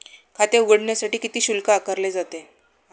खाते उघडण्यासाठी किती शुल्क आकारले जाते?